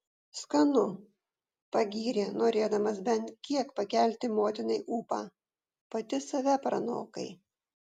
skanu pagyrė norėdamas bent kiek pakelti motinai ūpą pati save pranokai